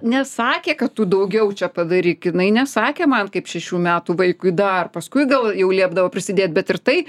nesakė kad tu daugiau čia padaryk jinai nesakė man kaip šešių metų vaikui dar paskui gal jau liepdavo prisidėt bet ir tai